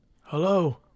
Hello